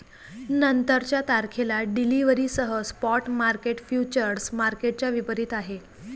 नंतरच्या तारखेला डिलिव्हरीसह स्पॉट मार्केट फ्युचर्स मार्केटच्या विपरीत आहे